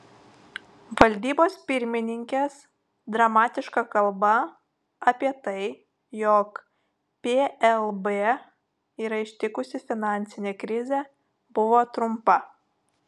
valdybos pirmininkės dramatiška kalba apie tai jog plb yra ištikusi finansinė krizė buvo trumpa